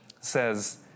says